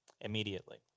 immediately